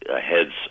heads